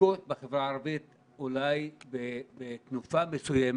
הבדיקות בחברה הערבית הן אולי בתנופה מסוימת,